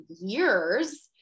years